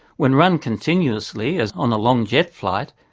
when run continuously, as on a long jet flight,